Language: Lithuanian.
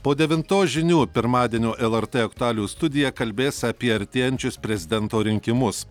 po devintos žinių pirmadienio lrt aktualijų studija kalbės apie artėjančius prezidento rinkimus